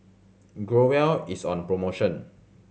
Growell is on promotion